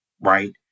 right